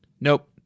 Nope